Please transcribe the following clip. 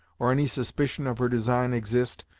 or any suspicion of her design exist,